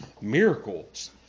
miracles